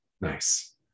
Nice